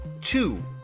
two